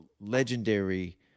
legendary